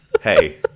Hey